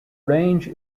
range